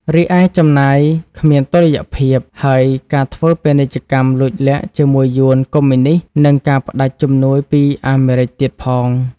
រីឯចំណាយគ្មានតុល្យភាព ហើយការធ្វើពាណិជ្ជកម្មលួចលាក់ជាមួយយួនកុម្មុយនីស្ស និងការផ្តាច់ជំនួយពីអាមេរិចទៀតផង។